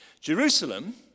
Jerusalem